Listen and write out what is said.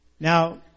Now